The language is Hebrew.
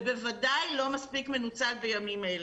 ובוודאי לא מספיק מנוצל בימים אלה,